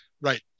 right